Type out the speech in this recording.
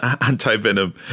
anti-venom